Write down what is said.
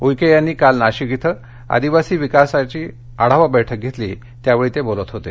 उईके यांनी काल नाशिक इथं आदिवासी विकासाची आढावा बैठक घेतली त्यावेळी ते बोलत होते